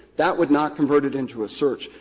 that would not convert it into a search.